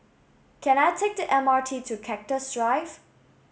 can I take the M R T to Cactus Drive